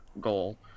goal